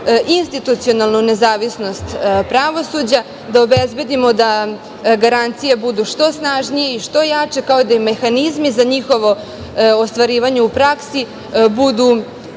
institucionalnu nezavisnost pravosuđa, da obezbedimo da garancije budu što snažnije i što jače, kao i mehanizmi za njihovo ostvarivanje u praksi budu